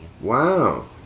Wow